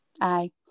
aye